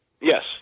Yes